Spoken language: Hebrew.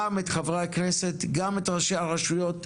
גם את חברי הכנסת, גם את ראשי הרשויות,